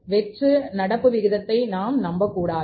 வெற்று நடப்பு விகிதத்தை நாம் நம்பக்கூடாது